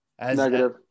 Negative